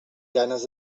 ganes